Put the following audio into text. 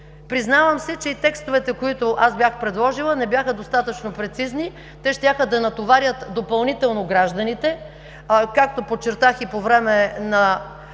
Признавам си, че и текстовете, които аз бях предложила не бяха достатъчно прецизни. Те щяха да натоварят допълнително гражданите, както подчертах и по време на